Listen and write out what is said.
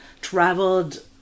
traveled